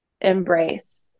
embrace